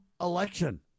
election